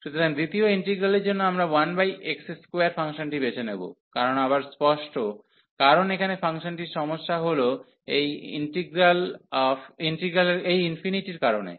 সুতরাং দ্বিতীয় ইন্টিগ্রালের জন্য আমরা 1x2 ফাংশনটি বেছে নেব কারণটি আবার স্পষ্ট কারণ এখানে ফাংশনটি সমস্যাটি হল এই ∞ এর কারণে